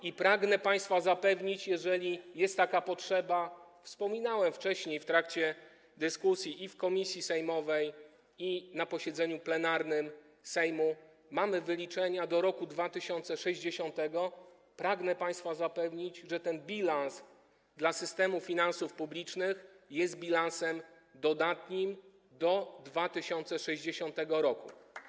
I pragnę państwa zapewnić, jeżeli jest taka potrzeba - wspominałem wcześniej w trakcie dyskusji i w komisji sejmowej, i na posiedzeniu plenarnym Sejmu, że mamy wyliczenia do roku 2060 - że ten bilans dla systemu finansów publicznych jest bilansem dodatnim do 2060 r.